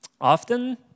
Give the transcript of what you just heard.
Often